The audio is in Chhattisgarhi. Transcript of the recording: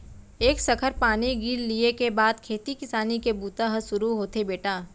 एक सखर पानी गिर लिये के बाद खेती किसानी के बूता ह सुरू होथे बेटा